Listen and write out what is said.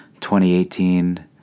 2018